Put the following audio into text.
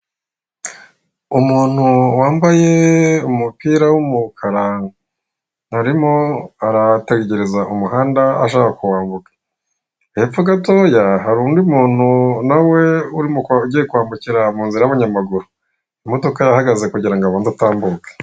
Umuntu wambaye umupira w'umukara arimo aritegereza umuhanda ashaka kuwambuka, hepfo gatoya hari undi muntu nawe ugiye kwambukira mu nzira y'abanyamaguru, imodoka yahagaze kugira ngo abanze atambuke.